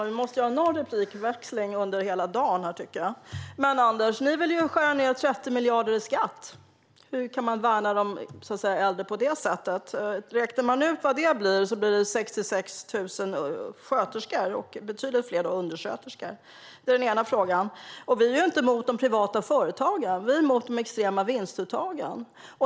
Fru talman! Ni vill ju skära ned 30 miljarder i skatt, Anders. Hur kan man värna de äldre på det sättet? Det motsvarar 66 000 sjuksköterskor och betydligt fler undersköterskor. Vi är inte emot de privata företagen. Vi är emot de extrema vinstuttagen.